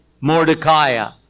Mordecai